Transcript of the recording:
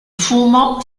fumo